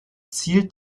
zielt